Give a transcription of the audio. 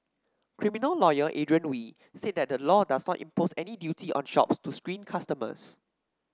criminal lawyer Adrian Wee said that the law does not impose any duty on shops to screen customers